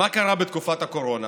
מה קרה בתקופת הקורונה?